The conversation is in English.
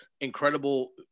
incredible